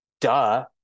duh